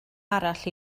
arall